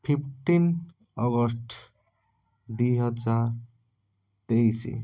fifteen August ଦୁଇହଜାର ତେଇଶ